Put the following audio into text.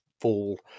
fall